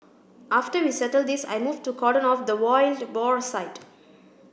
after we settled this I moved to cordon off the wild boar site